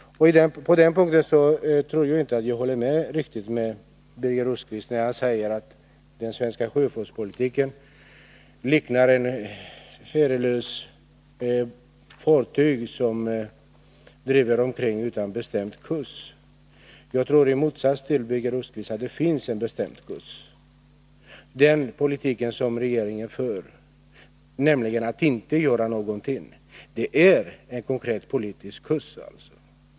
På den punkten tror jag inte jag håller riktigt med Birger Rosqvist när han säger att den svenska sjöfartspolitiken liknar ett herrelöst fartyg som driver omkring utan bestämd kurs. Jag tror i motsats till Birger Rosqvist att det finns en bestämd kurs. Den politik som regeringen för, nämligen att inte göra någonting, innebär en konkret politisk kurs.